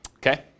Okay